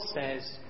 says